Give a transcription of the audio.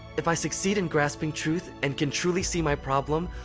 if i succeed in grasping truth and can truly see my problem,